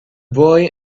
boy